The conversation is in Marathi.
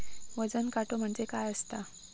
वजन काटो म्हणजे काय असता?